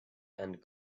and